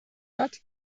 hat